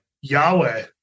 Yahweh